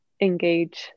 engage